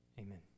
Amen